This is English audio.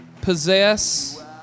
possess